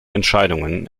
entscheidungen